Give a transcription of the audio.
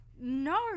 No